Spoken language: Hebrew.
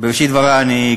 בראשית דברי אני